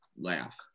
laugh